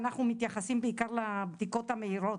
אנחנו מתייחסים בעיקר לבדיקות המהירות,